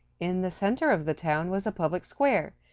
in the center of the town was a public square,